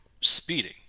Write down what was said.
Speeding